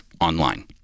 online